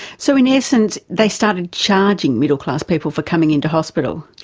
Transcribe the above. so in essence, they started charging middle-class people for coming into hospital?